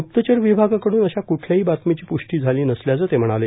गुप्तचर विभागाकडून अशा कुठल्याही बातमीची पुष्टी झाली नसल्याचं ते म्हणाले